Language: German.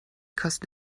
kosten